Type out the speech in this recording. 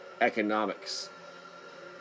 economics